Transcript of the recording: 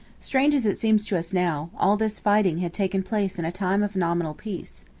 strange as it seems to us now, all this fighting had taken place in a time of nominal peace.